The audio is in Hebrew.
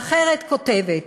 ואחרת כותבת: